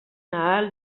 ahal